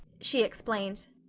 she explained.